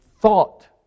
thought